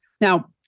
Now